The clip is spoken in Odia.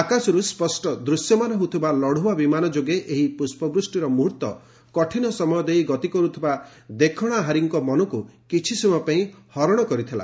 ଆକାଶରୁ ସ୍ୱଷ୍ଟ ଦୃଶ୍ୟମାନ ହେଉଥିବା ଲତୁଆ ବିମାନ ଯୋଗେ ଏହି ପୁଷ୍ପ ବୃଷ୍ଟିର ମୁହ୍ର୍ତ୍ତ କଠିନ ସମୟ ଦେଇ ଗତି କରୁଥିବା ଦେଖଣାହାରୀଙ୍କ ମନକୁ କିଛି ସମୟ ପାଇଁ ଆବେଗପୂର୍ଣ୍ଣ କରିପାରିଥିଲା